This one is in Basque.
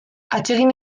atsegin